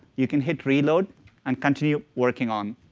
you can hit reload and continue working on,